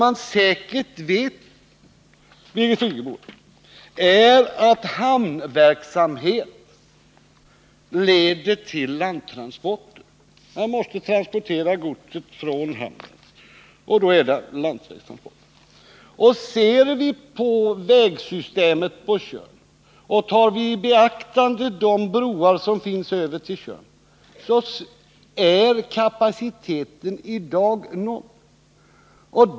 Man vet med säkerhet att hamnverksamhet leder till landtransporter — man måste transportera godset från hamnen, och då blir det landsvägstransporter. Ser vi på vägsystemet på Tjörn och tar i beaktande de broar som finns till Tjörn, finner vi att kapaciteten i dag är nådd.